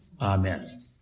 Amen